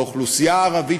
באוכלוסייה הערבית,